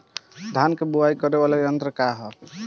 धान के बुवाई करे वाला यत्र का ह?